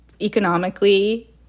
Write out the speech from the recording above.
economically